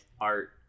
art